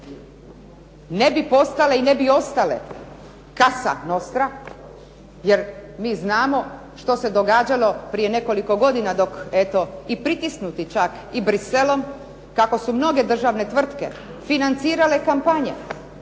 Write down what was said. ne bi postale i ne bi ostale casa nostra, jer mi znamo što se događalo prije nekoliko godina dok eto i pritisnuti čak i Bruxellesom, kako su mnoge državne tvrtke financirale kampanje,